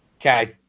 Okay